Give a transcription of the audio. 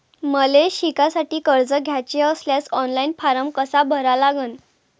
मले शिकासाठी कर्ज घ्याचे असल्यास ऑनलाईन फारम कसा भरा लागन?